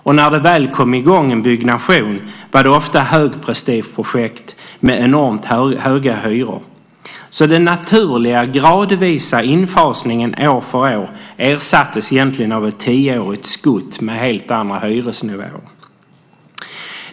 Och när det väl kom i gång en byggnation var det ofta högprestigeprojekt med enormt höga hyror. Så den naturliga och gradvisa infasningen år för år ersattes egentligen av ett tioårigt skutt med helt andra hyresnivåer.